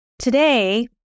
Today